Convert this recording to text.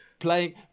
Playing